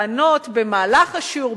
לענות במהלך השיעור,